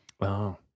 Wow